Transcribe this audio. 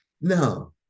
No